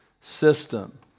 system